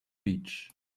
beach